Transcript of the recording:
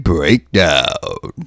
Breakdown